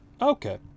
Okay